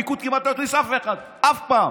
הליכוד כמעט לא הכניס אף אחד, אף פעם.